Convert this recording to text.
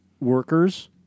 workers